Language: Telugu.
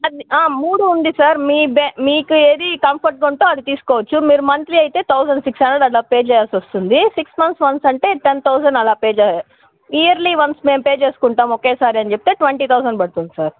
మూడు ఉంది సార్ మీ మీకేది కంఫర్ట్గా ఉంటే అది తీసుకొచ్చు మీరు మంత్లీ అయితే థౌజండ్ సిక్స్ హండ్రెడ్ అట్లా పే చేయాల్సి వస్తుంది సిక్స్ మంత్స్కి వన్స్ అంటే టెన్ థౌజండ్ అలా పే చే ఇయర్లీ వన్స్ మేము పే చేసుకుంటాము ఒకేసారి అని చెప్తే ట్వంటీ థౌజండ్ పడుతుంది సార్